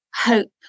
hope